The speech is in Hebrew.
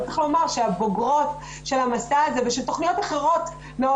צריך לומר שהבוגרות של המסע הזה ושל תוכניות אחרות מאוד